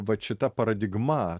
vat šita paradigma